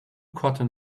cotton